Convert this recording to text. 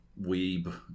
weeb